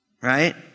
Right